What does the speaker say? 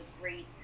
great